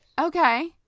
Okay